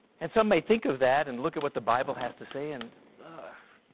and some may think of that and look at what the bible has to say and,